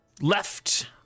left